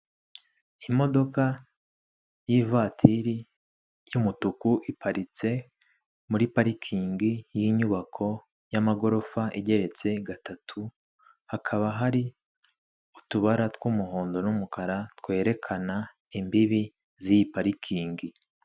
Imodoka y'ivatiri y'umutuku iparitse muri parikingi y'inyubako y'amagorofa igeretse gatatu, hakaba hari utubara tw'umuhondo n'umukara twerekana imbibi z'iyi parikingi.